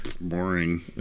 Boring